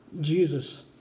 jesus